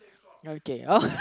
okay